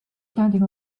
standing